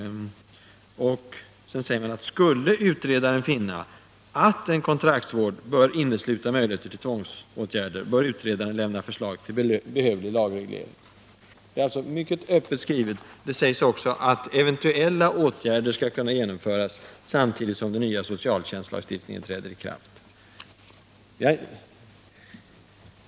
Sedan sägs det: ”Skulle utredaren finna att en kontraktsvård bör innesluta möjligheter till tvångsåtgärder, bör utredaren lämna förslag till behövlig lagreglering.” Det är alltså mycket öppet skrivet. Det sägs också att ”eventuella åtgärder” skall kunna ”genomföras samtidigt som den nya socialtjänstlagstiftningen träder i kraft”.